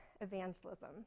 evangelism